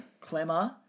Clemmer